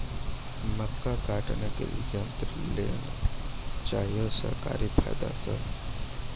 मक्का काटने के लिए यंत्र लेल चाहिए सरकारी फायदा छ?